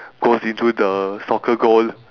goes into the soccer goal